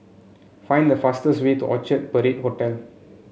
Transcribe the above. find the fastest way to Orchard Parade Hotel